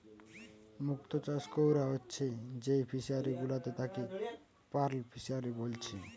মুক্ত চাষ কোরা হচ্ছে যেই ফিশারি গুলাতে তাকে পার্ল ফিসারী বলছে